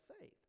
faith